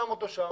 שם אותו שם,